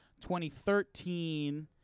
2013